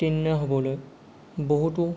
উত্তীৰ্ণ হ'বলৈ বহুতো